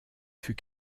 fut